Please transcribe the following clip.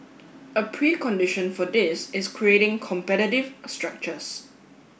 a precondition for this is creating competitive structures